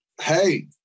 hey